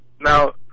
Now